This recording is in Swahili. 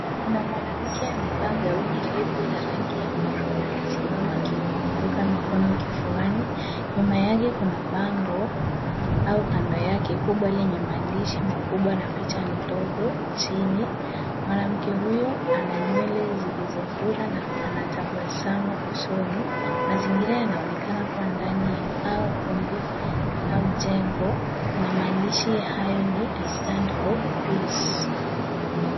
Kuna mwanamke amevaa gauni refu la rangi ya maroon amesimama akipunga mikono kifuani. Nyuma yake kuna bango au kanda yake kubwa lenye maandishi makubwa na picha ndogo chini. Mwanamke huyo ana nywele zilizofura na ana tabasamu usoni. Mazingira yanaonekana kuwa ndani au ukumbi au jengo na maandishi hayo ni I stand for peace .